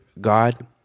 God